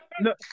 No